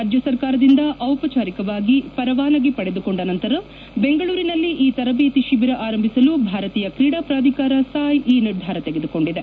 ರಾಜ್ಯ ಸರ್ಕಾರದಿಂದ ಔಪಚಾರಿಕವಾಗಿ ಪರವಾನಗಿ ಪಡೆದುಕೊಂಡ ನಂತರ ಬೆಂಗಳೂರಿನಲ್ಲಿ ಈ ತರಬೇತಿ ಶಿಬಿರ ಆರಂಭಿಸಲು ಭಾರತೀಯ ಕ್ರೀಡಾ ಪ್ರಾಧಿಕಾರ ಸಾಯ್ ಈ ನಿರ್ಧಾರ ತೆಗೆದುಕೊಂಡಿದೆ